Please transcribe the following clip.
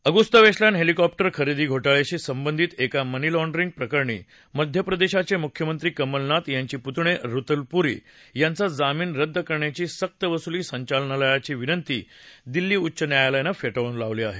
Agusta Westland helicopter खरेदी घोटाळ्याशी संबंधित एका मनीलँडरिंग प्रकरणी मध्य प्रदेशाचे मुख्यमंत्री कमलनाथ यांचे पुतणे रतुल पुरी यांचा जामीन रद्द करण्याची संकवसुली संचालनालयाची विनंती दिल्ली उच्च न्यायालयानं फेटाळून लावली आहे